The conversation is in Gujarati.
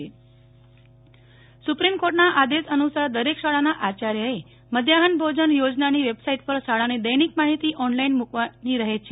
નેહલ ઠક્કર મધ્યાહન ભોજન કામગીરી સુપ્રીમ કોર્ટના આદેશ અનુસાર દરેક શાળાના આચાર્યએ મધ્યાહન ભોજન યોજનાની વેબસાઈટ પર શાળાની દૈનિક માહિતી ઓનલાઈન મુકવાની રહે છે